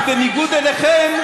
אבל, תשנו, רק שבניגוד אליכם,